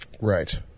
Right